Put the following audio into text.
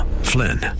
Flynn